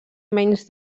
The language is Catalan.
menys